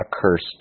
accursed